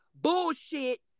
Bullshit